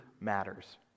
matters